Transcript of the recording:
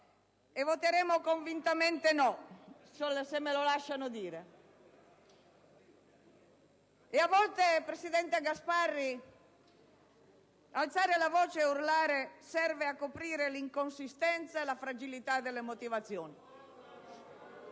e voteremo convintamente no. A volte, presidente Gasparri, alzare la voce e urlare serve a coprire l'inconsistenza e la fragilità delle motivazioni.